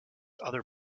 other